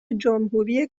جمهوری